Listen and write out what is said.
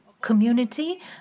community